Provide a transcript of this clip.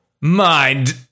mind-